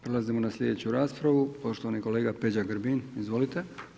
Prelazimo na slijedeću raspravu, poštovani kolega Peđa Grbin, izvolite.